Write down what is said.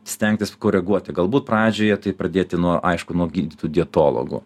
stengtis koreguoti galbūt pradžioje tai pradėti nuo aišku nuo gydytojų dietologų